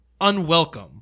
unwelcome